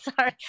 sorry